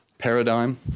paradigm